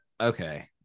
okay